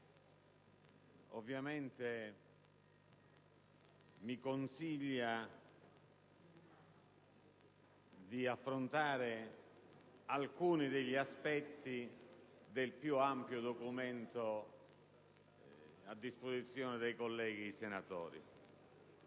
ovviamente mi consiglia di affrontare alcuni degli aspetti del più ampio documento a disposizione dei colleghi senatori.